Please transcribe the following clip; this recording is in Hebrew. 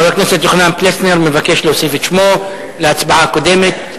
חבר הכנסת יוחנן פלסנר מבקש להוסיף את שמו להצבעה הקודמת.